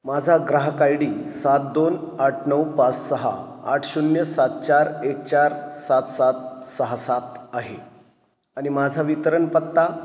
माझा ग्राहक I D सात दोन आठ नऊ पाच सहा आठ शून्य सात चार एक चार सात सात सहा सात आहे आणि माझा वितरण पत्ता